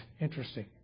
interesting